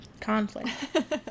Conflict